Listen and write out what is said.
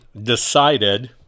decided